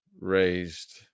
raised